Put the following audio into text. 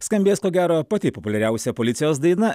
skambės ko gero pati populiariausia policijos daina